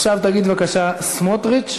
עכשיו תגיד בבקשה "סמוטריץ".